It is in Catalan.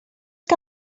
que